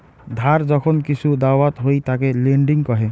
ধার যখন কিসু দাওয়াত হই তাকে লেন্ডিং কহে